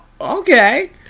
okay